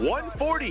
140